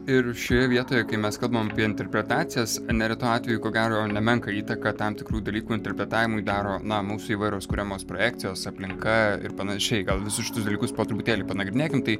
ir šioje vietoje kai mes kalbam apie interpretacijas neretu atveju ko gero nemenką įtaką tam tikrų dalykų interpretavimui daro na mūsų įvairios kuriamos projekcijos aplinka ir panašiai gal visus šitus dalykus po truputėlį panagrinėkim tai